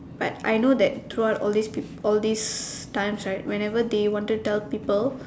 but I know that towards all this [pe] all these times right whenever they want to tell people